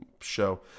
show